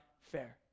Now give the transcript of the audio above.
fair